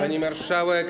Pani Marszałek!